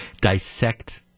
dissect